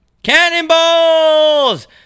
Cannonballs